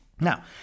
Now